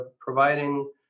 providing